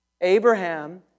Abraham